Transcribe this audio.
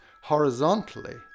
horizontally